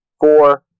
four